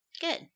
good